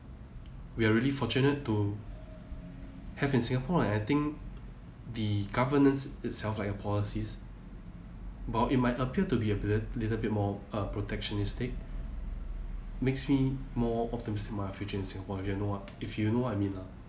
we are really fortunate to have in singapore and I think the governance itself like the policies but it might appear to be a bit little bit more uh protectionistic makes me more optimistic about our future in singapore if you know what if you know what I mean lah